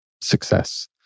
success